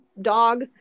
dog